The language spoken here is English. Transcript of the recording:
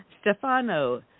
Stefano